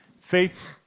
Faith